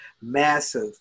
massive